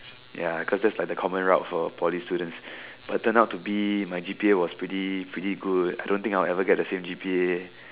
ya cause that's like the common route for Poly students but turned out to be my G_P_A was pretty pretty good I don't think I'll ever get the same G_P_A